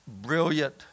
brilliant